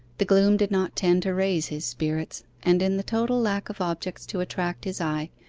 the gloom did not tend to raise his spirits, and in the total lack of objects to attract his eye,